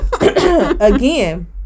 Again